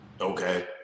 okay